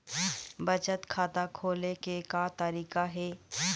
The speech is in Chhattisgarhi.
बचत खाता खोले के का तरीका हे?